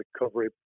recovery